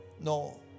No